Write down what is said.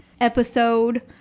episode